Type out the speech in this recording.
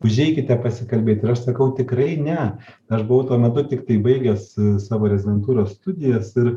užeikite pasikalbėt ir aš sakau tikrai ne aš buvau tuo metu tiktai baigęs savo rezidentūros studijas ir